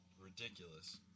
ridiculous